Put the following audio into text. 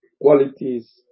qualities